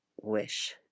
wish